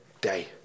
day